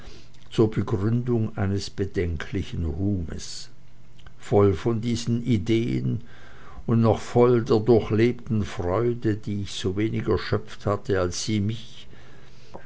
zur begründung eines bedenklichen ruhmes voll von diesen ideen und noch voll der durchlebten freude die ich sowenig erschöpft hatte als sie mich